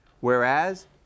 Whereas